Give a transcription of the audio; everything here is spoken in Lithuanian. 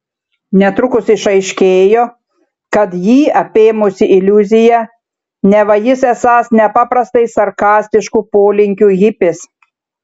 netrukus išaiškėjo kad jį apėmusi iliuzija neva jis esąs nepaprastai sarkastiškų polinkių hipis